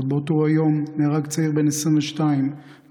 עוד באותו היום נהרג צעיר בן 22 לאחר